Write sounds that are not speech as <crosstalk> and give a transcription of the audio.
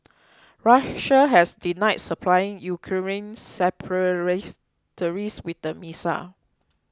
Russia has denied supplying Ukrainian <unintelligible> with the missile